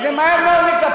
כי זה מהר מאוד יתהפך,